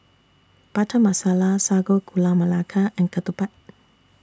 Butter Masala Sago Gula Melaka and Ketupat